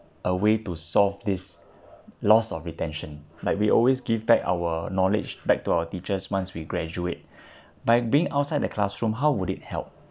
a way to solve this loss of retention like we always give back our knowledge back to our teachers once we graduate by being outside the classroom how would it help